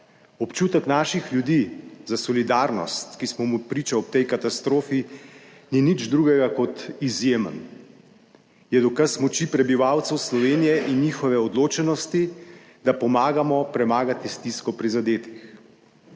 Občutek naših ljudi za solidarnost, ki smo mu priča ob tej katastrofi, ni nič drugega kot izjemen. Je dokaz moči prebivalcev Slovenije in njihove odločenosti, da pomagamo premagati stisko prizadetih.